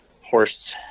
horse